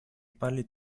πάλι